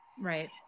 Right